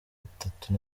itatu